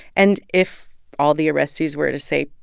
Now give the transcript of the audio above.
and if all the arrestees were to, say,